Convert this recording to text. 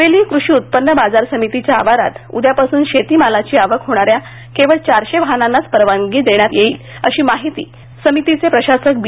हवेली कृषि उत्पन्न बाजार समितीच्या आवारात उद्यापासुन शेतीमालाची आवक होणा या केवळ चारशे वाहनांनाच परवानगी देण्यात येईल अशी माहिती समितीचे प्रशासक बी